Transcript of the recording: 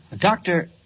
Doctor